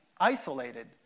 isolated